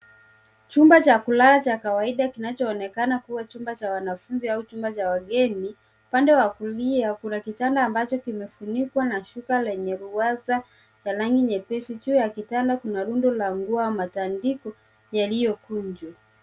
Chumba cha kulala cha kawaida, kinachoonekana kuwa chumba cha wanafunzi au chumba cha wageni. Upande wa kulia kuna kitanda ambacho kimefunikwa na shuka lenye ruwaza ya rangi nyepesi. Juu ya kitanda kuna rundo la nguo au matandiko yaliyokunjwa.